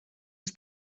els